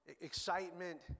excitement